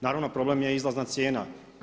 Naravno problem je i izlazna cijena.